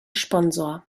sponsor